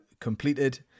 completed